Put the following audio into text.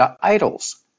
idols